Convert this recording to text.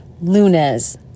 luna's